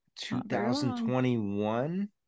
2021